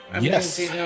Yes